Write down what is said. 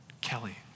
Kelly